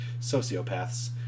sociopaths